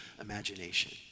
imagination